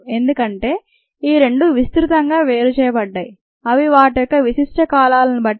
ఎందుకంటే ఈ రెండు విస్త్రృతంగా వేరుచేయబడ్డాయి అవి వాటి యొక్క విశిష్ట కాలాలను బట్టి